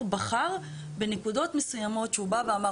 בחר בנקודות מסוימות שהוא בא ואמר,